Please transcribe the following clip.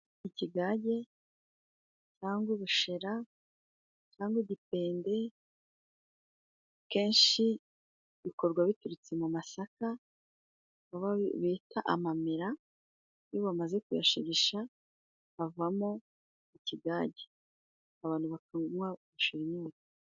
Ikigage cyangwa ubushera cyangwa igipende kenshi bikorwa biturutse mu masaka bita amamera iyo bamaze kuyashesha havamo ikigage abantu batunywa bagashirinyota.